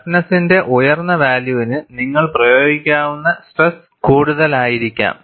ടഫ്നെസ്സിന്റെ ഉയർന്ന വാല്യൂവിന് നിങ്ങൾക്ക് പ്രയോഗിക്കാവുന്ന സ്ട്രെസ് കൂടുതലായിരിക്കാം